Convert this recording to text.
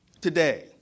today